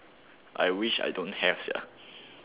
I wish I don't have sia